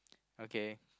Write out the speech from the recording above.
okay